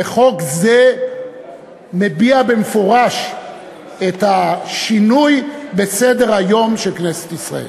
וחוק זה מביע במפורש את השינוי בסדר-היום של כנסת ישראל.